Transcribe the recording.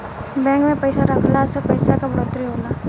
bank में पइसा रखला से पइसा के बढ़ोतरी होला